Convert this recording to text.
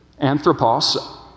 Anthropos